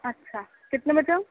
اچھا کتنے بجے آؤں